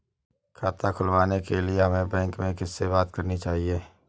खाता खुलवाने के लिए हमें बैंक में किससे बात करनी चाहिए?